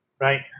Right